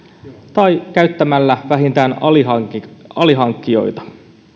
tai käyttämällä vähintään alihankkijoita alihankkijoita